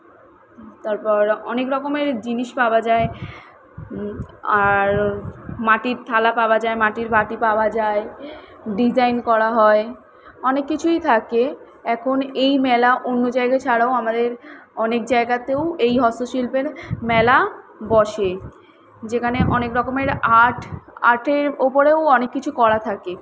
তারপর অনেক রকমের জিনিস পাওয়া যায় আর মাটির থালা পাওয়া যায় মাটির বাটি পাওয়া যায় ডিসাইন করা হয় অনেক কিছুই থাকে এখন এই মেলা অন্য জায়গায় ছাড়াও আমাদের অনেক জায়গাতেও এই হস্তশিল্পের মেলা বসে যেখানে অনেক রকমের আর্ট আর্টের ওপরেও অনেক কিছু করা থাকে